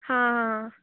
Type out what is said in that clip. हां आं